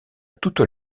toute